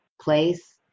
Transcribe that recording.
place